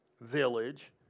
village